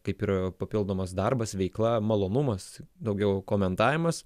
kaip ir papildomas darbas veikla malonumas daugiau komentavimas